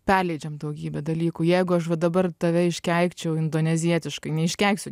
perleidžiam daugybę dalykų jeigu aš va dabar tave iškeikčiau indonezietiškai neiškeiksiu